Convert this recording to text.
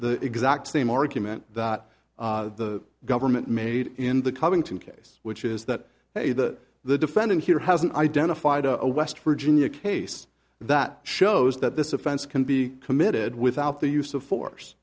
the exact same argument that the government made in the covington case which is that a that the defendant here has an identified a west virginia case that shows that this offense can be committed without the use of force